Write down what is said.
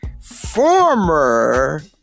former